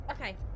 Okay